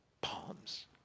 palms